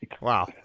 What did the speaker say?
Wow